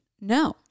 no